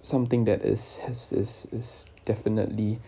something that is has is is definitely